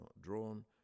drawn